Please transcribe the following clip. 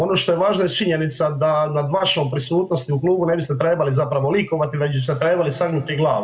Ono što je važno jest činjenica da nad vašom prisutnosti u klubu ne biste trebali zapravo likovati već biste trebali sagnuti glavu.